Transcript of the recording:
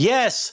Yes